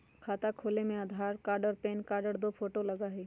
खाता खोले में आधार कार्ड और पेन कार्ड और दो फोटो लगहई?